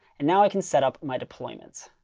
and now i can set up my deployments.